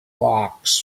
box